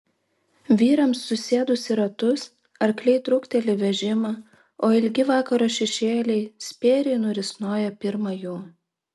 vyrams susėdus į ratus arkliai trukteli vežimą o ilgi vakaro šešėliai spėriai nurisnoja pirma jų